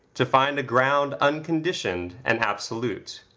to find a ground unconditioned and absolute.